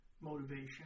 motivation